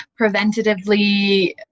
preventatively